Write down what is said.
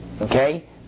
Okay